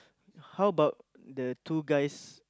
how about the two guys